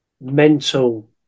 mental